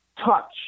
touch